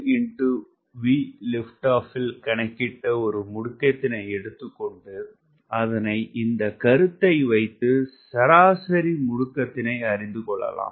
7 VLO-ல் கணக்கிட்ட முடுக்கத்தினை எடுத்துக்கொண்டு அதனை இந்த கருத்தை வைத்து சராசரி முடுக்கத்தினை அறிந்துகொள்ளலாம்